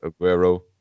Aguero